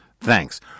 Thanks